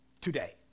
today